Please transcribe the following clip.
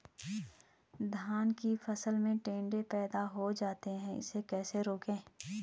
धान की फसल में टिड्डे पैदा हो जाते हैं इसे कैसे रोकें?